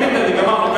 אין מתנגדים, גמרנו.